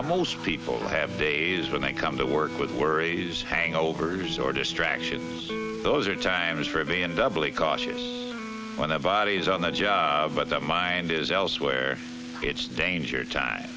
we're most people have days when they come to work with worries hangovers or distraction those are times for being doubly cautious when the body is on the job but the mind is elsewhere it's danger time